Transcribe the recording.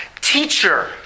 teacher